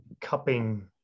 cupping